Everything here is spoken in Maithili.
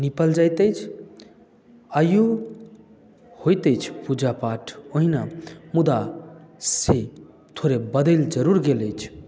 नीपल जाइत अछि आइयो होइत अछि पूजा पाठ ओहिना मुदा से थोड़े बदलि जरूर गेल अछि